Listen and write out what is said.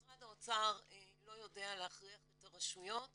משרד האוצר לא יודע להכריח את הרשויות